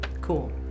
Cool